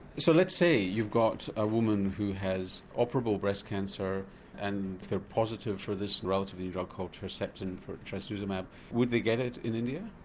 so let's say you've got a woman who has operable breast cancer and they are positive for this relatively new drug called herceptin, trastuzumab, would they get it in india?